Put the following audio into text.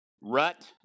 rut